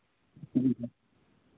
जी sir